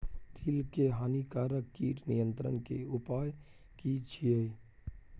तिल के हानिकारक कीट नियंत्रण के उपाय की छिये?